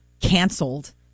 canceled